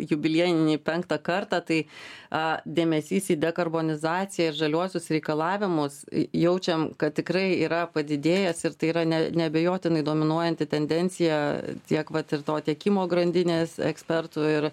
jubiliejinį penktą kartą tai a dėmesys į dekarbonizaciją ir žaliuosius reikalavimus jaučiam kad tikrai yra padidėjęs ir tai yra ne neabejotinai dominuojanti tendencija tiek vat ir to tiekimo grandinės ekspertų ir